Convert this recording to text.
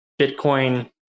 Bitcoin